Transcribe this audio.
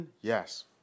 yes